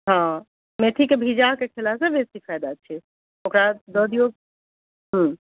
हँ मेथीके भिजाकऽ खेलासँ बेसी फाइदा छै ओकरा दऽ दिऔ